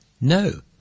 No